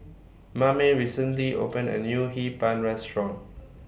Mame recently opened A New Hee Pan Restaurant